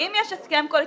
אם יש הסכם קואליציוני,